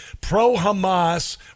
pro-Hamas